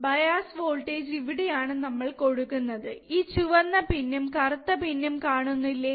bias voltage ഇവിടെ ആണ് നമ്മൾ കൊടുക്കുന്നത് ഈ ചുവന്ന പിൻ ഉം കറുത്ത പിൻ ഉം കാണുന്നില്ലേ